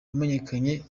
wamenyekanye